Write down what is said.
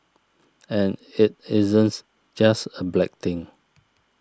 and it isn't just a black thing